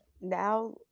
now